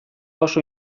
oso